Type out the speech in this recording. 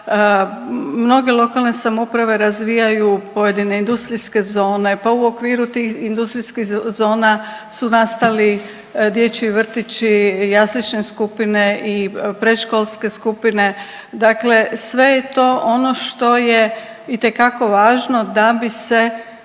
mnoge lokalne samouprave razvijaju pojedine industrijske zone pa u okviru tih industrijskih zona su nastali dječji vrtići, jaslične skupine i predškolske skupine, dakle sve je to ono što je itekako važno da bi se